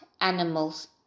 animals